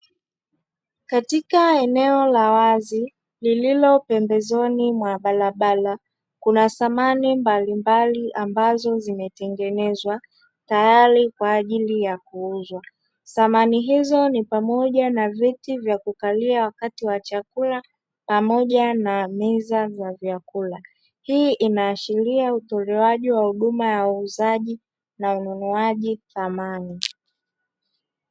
Katika eneo la wazi lililo pembezoni mwa barabara kuna samani mbalimbali ambazo zimetengenezwa tayari kwa ajili ya kuuzwa. Samani hizo ni pamoja na viti vya kukalia wakati wa chakula pamoja na meza za vyakula, hii inaashiria utolewaji wa huduma ya uuzaji na ununuaji samani.